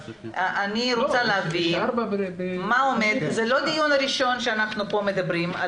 זה לא הדיון הראשון שאנחנו מדברים על